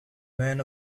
men